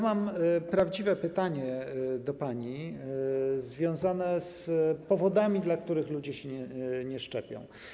Mam prawdziwe pytanie do pani, pytanie związane z powodami, dla których ludzie się nie szczepią.